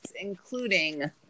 including